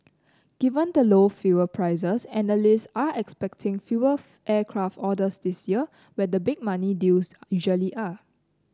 given the low fuel prices analysts are expecting fewer of aircraft orders this year where the big money deals usually are